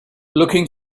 looking